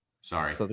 Sorry